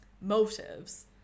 motives